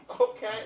Okay